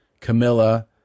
camilla